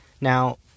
now